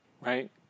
right